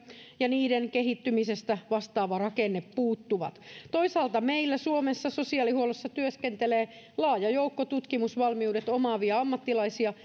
ja niiden kehittymisestä vastaava rakenne puuttuvat toisaalta meillä suomessa sosiaalihuollossa työskentelee laaja joukko tutkimusvalmiudet omaavia ammattilaisia